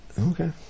Okay